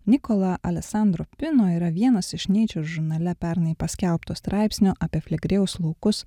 nikola alesandro pino yra vienas iš neičer žurnale pernai paskelbto straipsnio apie flegrėjaus laukus